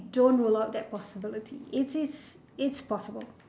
don't rule out that possibility it is it's possible